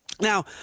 Now